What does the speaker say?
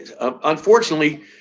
unfortunately